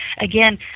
again